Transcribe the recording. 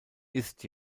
ist